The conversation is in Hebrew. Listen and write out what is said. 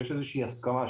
שיש איזושהי הסכמה,